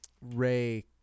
Ray